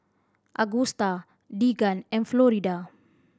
Agusta Deegan and Florida